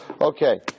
Okay